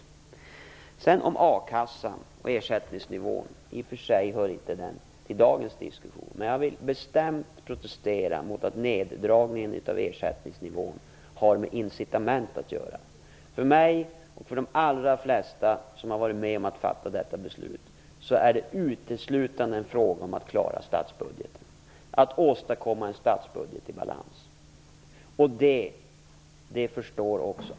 När det sedan gäller frågan om ersättningsnivån i a-kassan, som i och för sig inte hör till dagens diskussion, vill jag bestämt protestera mot påståendet att minskningen av ersättningsnivån har med incitament att göra. För mig och för de allra flesta som har varit om att fatta detta beslut är det uteslutande en fråga om att åstadkomma en statsbudget i balans.